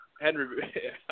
Henry